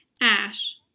ash